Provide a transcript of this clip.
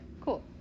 Cool